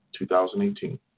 2018